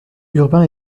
urbain